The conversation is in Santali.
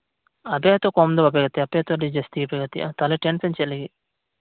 ᱟᱯᱮ ᱦᱚᱛᱚ ᱠᱚᱢᱜᱮ ᱫᱚ ᱵᱟᱯᱮ ᱜᱟᱛᱮᱜᱼᱟ ᱟᱯᱮ ᱦᱚᱛᱚ ᱟᱹᱰᱤ ᱡᱟᱹᱥᱛᱤ ᱜᱮᱯᱮ ᱜᱟᱛᱮᱜᱼᱟ ᱛᱟᱦᱞᱮ ᱴᱮᱱᱥᱮᱱ ᱪᱮᱫ ᱞᱟᱹᱜᱤᱫ